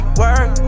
work